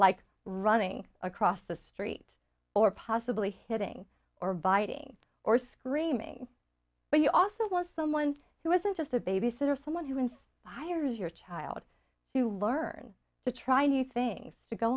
like running across the street or possibly hitting or biting or screaming but you also want someone who isn't just a babysitter someone who inspires your child to learn to try new things to go